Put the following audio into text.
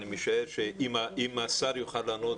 אני משער שאם השר יוכל לענות,